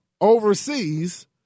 overseas